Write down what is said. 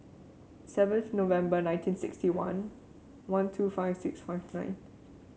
seven November nineteen sixty one one two five six five nine